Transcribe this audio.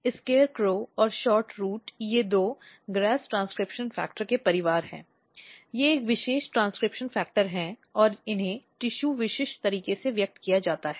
SCARECROW और SHORT ROOT ये दो GRAS ट्रांसक्रिप्शन फैक्टर के परिवार हैं ये एक विशेष ट्रांसक्रिप्शन फैक्टर हैं और इन्हें टिशू विशिष्ट तरीके से व्यक्त किया जाता है